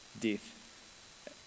death